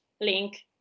link